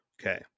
Okay